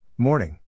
Morning